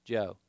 Joe